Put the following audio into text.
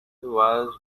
was